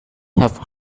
have